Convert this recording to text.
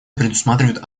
предусматривают